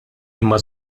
imma